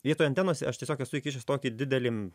vietoj antenos aš tiesiog esu įkišęs tokį didelį